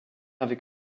avec